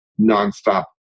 nonstop